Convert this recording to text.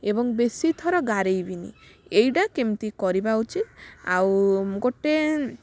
ଏବଂ ବେଶୀ ଥର ଗାରେଇବିନି ଏଇଟା କେମିତି କରିବା ଉଚିତ ଆଉ ଗୋଟେ